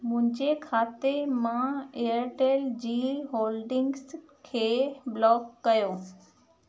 मुंहिंजे खाते मां एयरटेल जी होल्डिंग्स खे ब्लॉक कयो